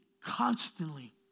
constantly